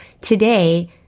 Today